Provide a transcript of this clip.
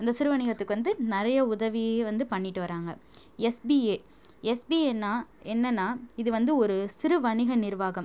அந்த சிறு வணிகத்துக்கு வந்து நிறைய உதவியை வந்து பண்ணிகிட்டு வராங்க எஸ்பிஏ எஸ்பிஏன்னா என்னென்னா இது வந்து ஒரு சிறு வணிக நிர்வாகம்